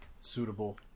suitable